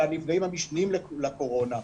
אלא הנפגעים המשניים לקורונה.